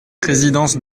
résidence